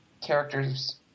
characters